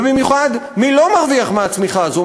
ובמיוחד מי לא מרוויח מהצמיחה הזאת?